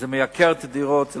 זה מייקר את הדירות,